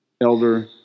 elder